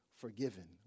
forgiven